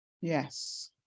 Yes